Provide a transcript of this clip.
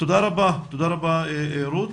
תודה רבה, רות.